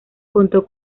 contó